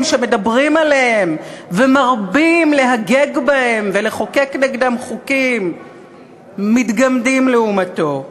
שמדברים עליהם ומרבים להגג בהם ולחוקק נגדם חוקים מתגמדים לעומתו.